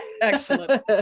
Excellent